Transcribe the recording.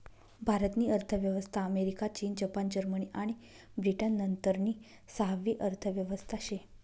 भारत नी अर्थव्यवस्था अमेरिका, चीन, जपान, जर्मनी आणि ब्रिटन नंतरनी सहावी अर्थव्यवस्था शे